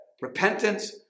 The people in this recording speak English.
repentance